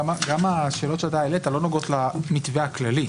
גם השאלות שאתה העלית לא נוגעות למתווה הכללי,